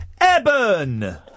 Eben